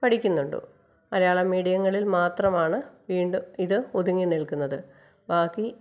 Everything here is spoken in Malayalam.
പഠിക്കുന്നുളളൂ മലയാളം മീഡിയങ്ങളിൽ മാത്രമാണ് വീണ്ടും ഇത് ഒതുങ്ങി നിൽക്കുന്നത് ബാക്കി